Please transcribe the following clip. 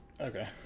Okay